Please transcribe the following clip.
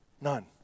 None